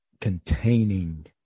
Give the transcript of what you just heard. containing